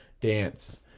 dance